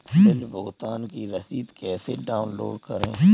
Bill भुगतान की रसीद कैसे डाउनलोड करें?